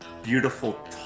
Beautiful